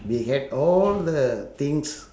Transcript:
they had all the things